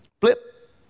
Flip